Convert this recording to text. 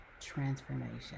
transformation